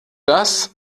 das